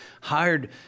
Hired